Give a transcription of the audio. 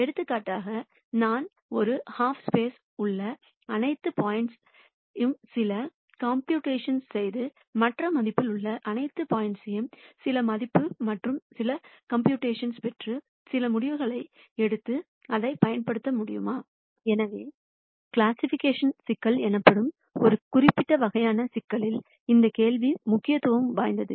எடுத்துக்காட்டாக நான் ஒரு ஹாஃப்ஸ்பேஸ்ல் உள்ள அனைத்து பாயிண்ட்ஸ் சில கம்புடேஷன் செய்து மற்ற மதிப்பில் உள்ள அனைத்து பாயிண்ட்ஸ் சில மதிப்பு மற்றும் சில கம்புடேஷன் பெற்று சில முடிவுகளை எடுத்து அதைப் பயன்படுத்த முடியுமா எனவே கிளாசிபிகேஷன் சிக்கல் எனப்படும் ஒரு குறிப்பிட்ட வகையான சிக்கலில் இந்த கேள்வி முக்கியத்துவம் வாய்ந்தது